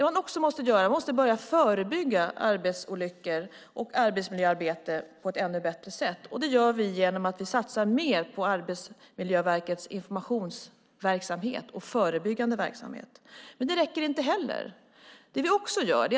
Man måste också börja förebygga arbetsolyckor ännu bättre och ha ett bättre förebyggande arbetsmiljöarbete. Detta gör vi genom att vi satsar mer på Arbetsmiljöverkets informationsverksamhet och förebyggande verksamhet. Men det räcker inte heller.